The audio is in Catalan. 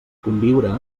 conviure